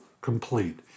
complete